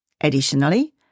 Additionally